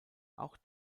auch